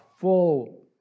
full